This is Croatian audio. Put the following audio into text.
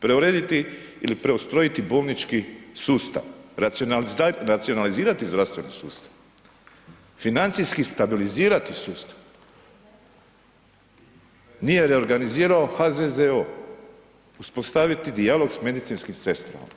Preurediti ili preustrojiti bolnički sustav, racionalizirati zdravstveni sustav, financijski stabilizirati sustav, nije reorganizirao HZZO, uspostaviti dijalog s medicinskim sestrama.